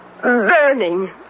Burning